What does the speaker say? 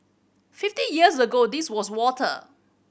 fifty years ago this was water